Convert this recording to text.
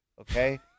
Okay